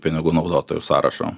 pinigų naudotojų sąrašo